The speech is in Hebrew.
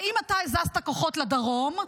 האם אתה הזזת כוחות לדרום,